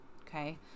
Okay